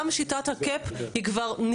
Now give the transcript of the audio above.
גם שיטת ה-CUP היא כבר,